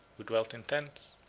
who dwelt in tents,